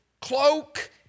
cloak